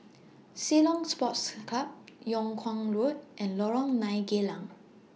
Ceylon Sports Club Yung Kuang Road and Lorong nine Geylang